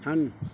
ਹਨ